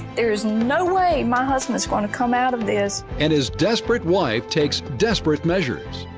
there is no way my husband is going to come out of this. and his desperate wife takes desperate measures.